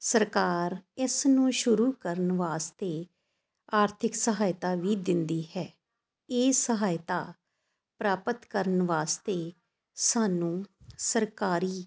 ਸਰਕਾਰ ਇਸ ਨੂੰ ਸ਼ੁਰੂ ਕਰਨ ਵਾਸਤੇ ਆਰਥਿਕ ਸਹਾਇਤਾ ਵੀ ਦਿੰਦੀ ਹੈ ਇਹ ਸਹਾਇਤਾ ਪ੍ਰਾਪਤ ਕਰਨ ਵਾਸਤੇ ਸਾਨੂੰ ਸਰਕਾਰੀ